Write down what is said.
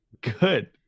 Good